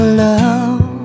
love